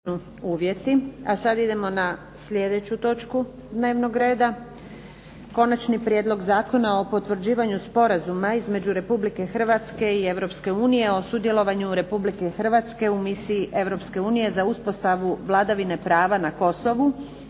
(SDP)** Sad idemo na slijedeću točku dnevnog reda. - Konačni prijedlog zakona o potvrđivanju Sporazuma između Republike Hrvatske i Europske unije o sudjelovanju Republike Hrvatske u Misiji Europske unije za uspostavu vladavine prava na Kosovu,